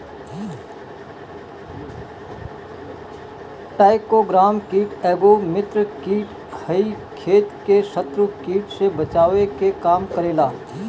trichogramma कीट एगो मित्र कीट ह इ खेत के शत्रु कीट से बचावे के काम करेला